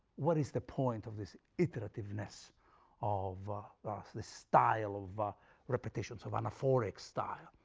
what is the point of this iterativeness of of the style of ah repetitions of anaphoric style?